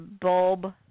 Bulb